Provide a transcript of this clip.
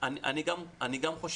אני גם חושב